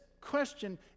question